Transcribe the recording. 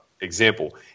example